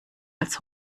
als